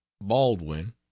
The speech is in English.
baldwin